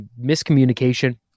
miscommunication